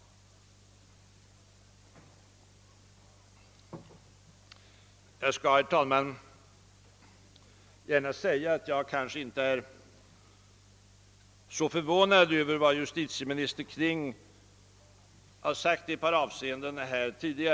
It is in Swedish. Jag skall, herr talman, gärna erkänna att jag inte är särskilt förvånad över vad justitieminister Kling har sagt på ett par punkter här i dag.